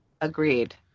Agreed